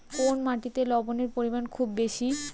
কোন মাটিতে লবণের পরিমাণ খুব বেশি?